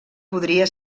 podria